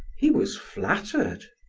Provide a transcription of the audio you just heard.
he was flattered.